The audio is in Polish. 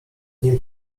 nim